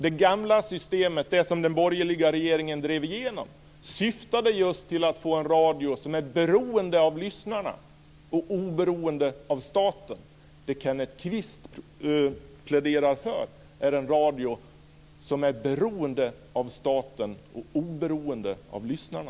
Det gamla systemet, som den borgerliga regeringen drev igenom, syftade just till att man skulle få en radio som är beroende av lyssnarna och oberoende av staten. Det som Kenneth Kvist pläderar för är en radio som är beroende av staten och oberoende av lyssnarna.